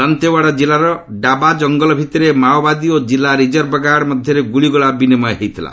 ଦାନ୍ତେୱାଡ଼ା କିଲ୍ଲାର ଡାବା ଜଙ୍ଗଲ ଭିତରେ ମାଓବାଦୀ ଓ କିଲ୍ଲୁ ରିଜର୍ଭ ଗାର୍ଡ୍ ମଧ୍ୟରେ ଗୁଳିଗୋଳା ବିନିମୟ ହୋଇଥିଲା